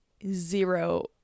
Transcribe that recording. zero